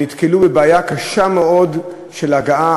נתקלו בבעיה קשה מאוד של הגעה,